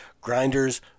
Grinders